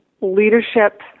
leadership